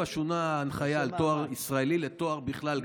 שונתה ההנחיה על תואר ישראלי לתואר בכלל,